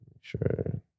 Sure